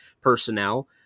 personnel